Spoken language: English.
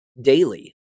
daily